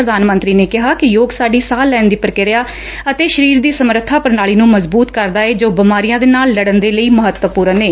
ਪ੍ਰਧਾਨ ਮੰਤਰੀ ਨੇ ਕਿਹਾ ਕਿ ਯੋਗ ਸਾਡੀ ਸਾਹ ਲੈਣ ਦੀ ਪਰਕਿਰਿਆ ਅਤੇ ਸ਼ਰੀਰ ਦੀ ਸਮਰੱਬਾ ਪ੍ਰਣਾਲੀ ਨੂੰ ਮਜਬੁਤ ਕਰਦਾ ਏ ਜੋ ਬੀਮਾਰੀਆਂ ਦੇ ਨਾਲ ਲੜਨ ਦੇ ਲਈ ਮਹੱਤਵਪੁਰਨ ਏ